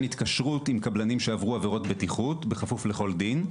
התקשרות עם קבלנים שעברו עבירות בטיחות בכפוף לכל דין,